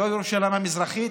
לא ירושלים המזרחית.